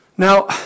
Now